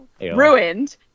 ruined